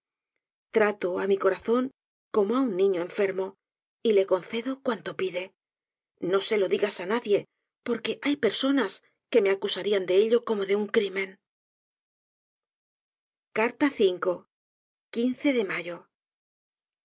trato á mi corazón como á un niño enfermo y le concedo cuanto pide no se lo digas á nadie porque hay personas que me acusarían de ello como de un crimen de mayo